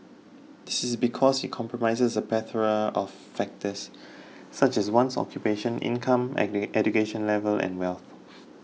this is because it comprises a plethora of factors such as one's occupation income education level and wealth